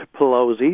Pelosi